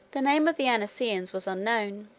the name of the anicians was unknown